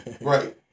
Right